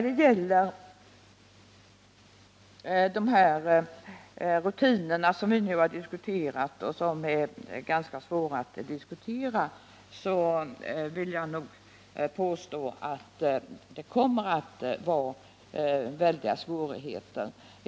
Beträffande de nämnda rutinerna, som är ganska besvärliga att diskutera, vill jag påstå att det kommer att uppstå väldiga svårigheter.